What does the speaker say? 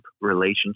relationship